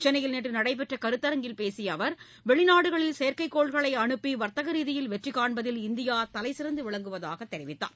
சென்னையில் நேற்று நடைபெற்ற கருத்தரங்கில் பேசிய அவர் வெளிநாடுகளில் செயற்கைக்கோள்களை அனுப்பி வர்த்தக ரீதியில் வெற்றி காண்பதில் இந்தியா தலைசிறந்து விளங்குவதாகத் தெரிவித்தார்